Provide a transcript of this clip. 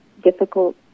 difficult